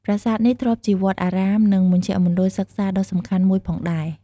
ប្រាសាទនេះធ្លាប់ជាវត្តអារាម និងមជ្ឈមណ្ឌលសិក្សាដ៏សំខាន់មួយផងដែរ។